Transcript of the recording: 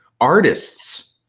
artists